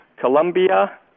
Colombia